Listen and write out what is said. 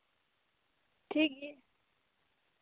ᱴᱷᱤᱠ ᱜᱮᱭᱟ